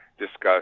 discussed